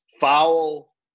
foul